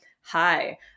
hi